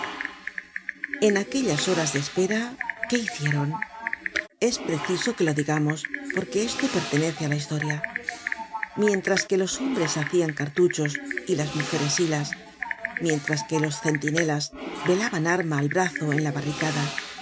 en aquellas horas de espera qué hicieron es preciso que lo digamos porque esto pertenece á la historia mientras que los hombres hacian cartuchos y las mujeres hilas mientras que los centinelas velaban arma al brazo en la barricada